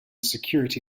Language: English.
security